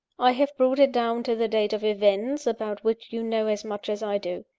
i have brought it down to the date of events, about which you know as much as i do.